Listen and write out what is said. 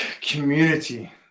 community